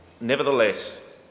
Nevertheless